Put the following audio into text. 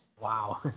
Wow